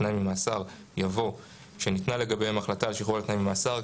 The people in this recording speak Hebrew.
תנאי ממאסר) יבוא "שניתנה לגביהם החלטה על שחרור על תנאי ממאסר".